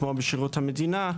כמו בשירות המדינה,